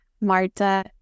Marta